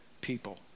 people